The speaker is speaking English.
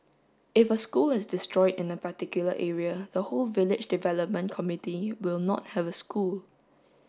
if a school is destroyed in a particular area the whole village development committee will not have a school